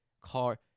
car